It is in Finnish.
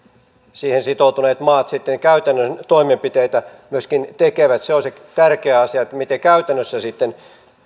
siihen sitoutuneet maat sitten käytännön toimenpiteitä myöskin tekevät se on se tärkeä asia että miten sitten käytännössä